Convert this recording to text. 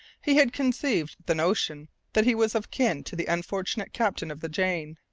he had conceived the notion that he was of kin to the unfortunate captain of the jane!